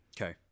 Okay